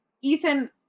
Ethan